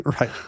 Right